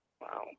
Wow